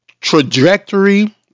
Trajectory